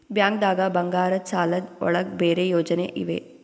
ಬ್ಯಾಂಕ್ದಾಗ ಬಂಗಾರದ್ ಸಾಲದ್ ಒಳಗ್ ಬೇರೆ ಯೋಜನೆ ಇವೆ?